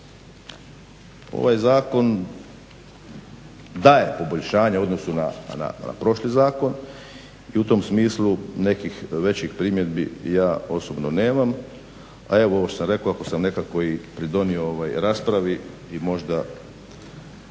ovaj zakon daje poboljšanja u odnosu na prošli zakon i u tom smislu nekih većih primjedbi ja osobno nemam. A evo ovo što sam rekao ako sam nekako i pridonio ovoj raspravi i možda